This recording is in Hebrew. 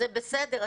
זה בסדר,